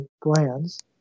glands